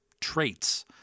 traits